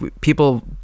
People